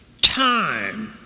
time